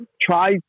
try